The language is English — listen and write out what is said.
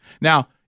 Now